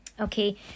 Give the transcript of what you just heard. Okay